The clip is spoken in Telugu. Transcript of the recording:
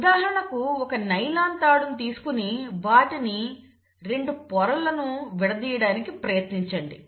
ఉదాహరణకు ఒక నైలాన్ తాడు ను తీసుకొని వాటి రెండు పొరలను విడదీయడానికి ప్రయత్నించండి